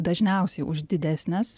dažniausiai už didesnes